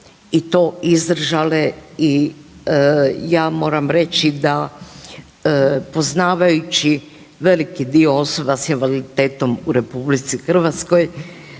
i to izdržale i ja moram reći poznavajući veliki dio osoba s invaliditetom u RH znam da su